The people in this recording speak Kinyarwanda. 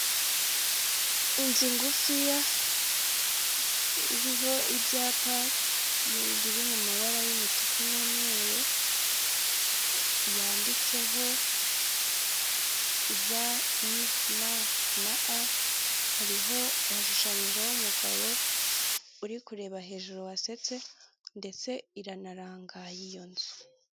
Inzu ngufiya iriho ibyapa biri iri mu mabara y'umutuku n'umweru, yanditseho bim na a hashushanyijeho umugabo uri kureba hejuru wasetse ndetse iranarangaye iyo nzu.